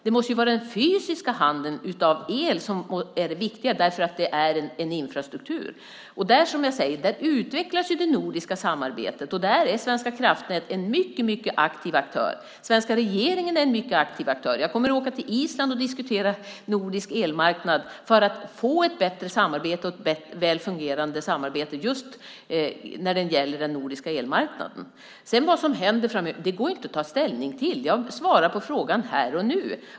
Det måste ju vara den fysiska handeln av el som är det viktiga därför att det är en infrastruktur. Och, som jag säger, där utvecklas det nordiska samarbetet. Där är Svenska kraftnät en mycket aktiv aktör. Den svenska regeringen är en mycket aktiv aktör. Jag kommer att åka till Island och diskutera nordisk elmarknad för att få ett bättre samarbete och ett väl fungerande samarbete just när det gäller den nordiska elmarknaden. Vad som händer framöver går inte att ta ställning till. Jag svarar på frågan här och nu.